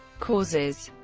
causes